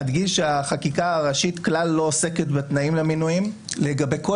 אדגיש שהחקיקה הראשית כלל לא עוסקת בתנאים למינויים לגבי כל